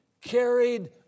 carried